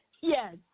Yes